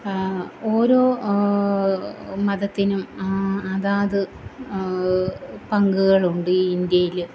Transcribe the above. ഓരോ മതത്തിനും അതാത് പങ്കുകളുണ്ട് ഈ ഇന്ത്യയിൽ